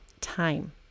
time